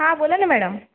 हां बोला ना मॅडम